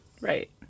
Right